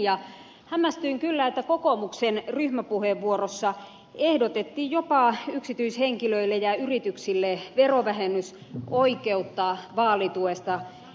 hämmästyin kyllä että kokoomuksen ryhmäpuheenvuorossa ehdotettiin jopa yksityishenkilöille ja yrityksille verovähennysoikeutta vaalituesta